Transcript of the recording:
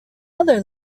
other